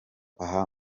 aha